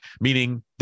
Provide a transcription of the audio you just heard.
meaning